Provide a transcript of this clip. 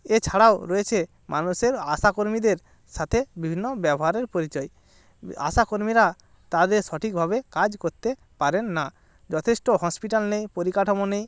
এছাড়াও রয়েছে মানুষের আশা কর্মীদের সাথে বিভিন্ন ব্যবহারের পরিচয় আশা কর্মীরা তাদের সঠিকভাবে কাজ করতে পারেন না যথেষ্ট হসপিটাল নেই পরিকাঠামো নেই